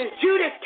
Judas